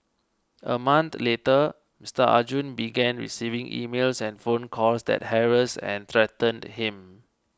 a month later Mister Arjun began receiving emails and phone calls that harassed and threatened him